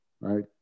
right